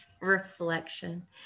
reflection